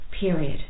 period